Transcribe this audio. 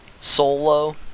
Solo